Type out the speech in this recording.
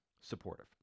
supportive